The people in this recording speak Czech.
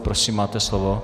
Prosím, máte slovo.